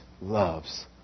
loves